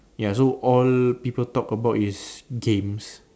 ya so all people talk about is games